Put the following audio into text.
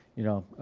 you know